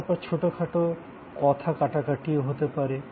তারপরে ছোটখাটো কথা কাটাকাটিও হতে পারে